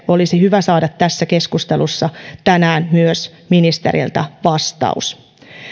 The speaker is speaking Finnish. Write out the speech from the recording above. olisi hyvä saada tässä keskustelussa tänään myös ministeriltä vastaus